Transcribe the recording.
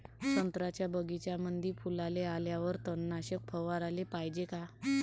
संत्र्याच्या बगीच्यामंदी फुलाले आल्यावर तननाशक फवाराले पायजे का?